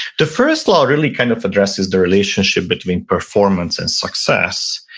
the first law really kind of addresses the relationship between performance and success.